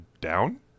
Down